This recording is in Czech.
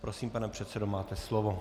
Prosím, pane předsedo, máte slovo.